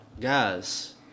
guys